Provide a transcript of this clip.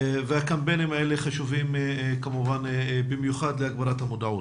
והקמפיינים האלה חשובים כמובן במיוחד להגברת המודעות.